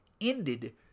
ended